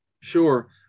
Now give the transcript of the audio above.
Sure